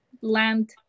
land